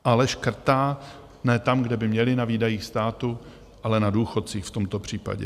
Ale škrtá ne tam, kde by měli, na výdajích státu, ale na důchodcích v tomto případě.